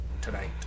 tonight